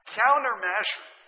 countermeasure